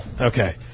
Okay